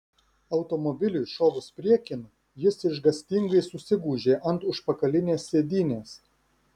automobiliui šovus priekin jis išgąstingai susigūžė ant užpakalinės sėdynės